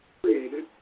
created